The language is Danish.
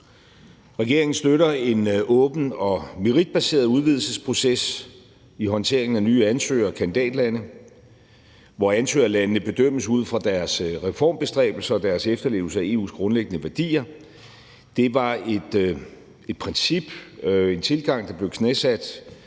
Regeringen støtter en åben og meritbaseret udvidelsesproces i håndteringen af nye ansøgere og kandidatlande, hvor ansøgerlandene bedømmes ud fra deres reformbestræbelser og deres efterlevelse af EU's grundlæggende værdier. Det var et princip, en tilgang, der blev knæsat